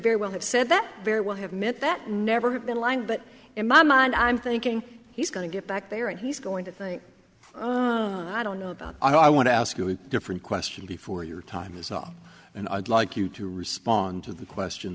very well have said that very well have meant that never have been lying but in my mind i'm thinking he's going to get back there and he's going to think i don't know about i want to ask you a different question before your time is up and i'd like you to respond to the question